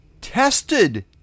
tested